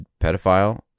pedophile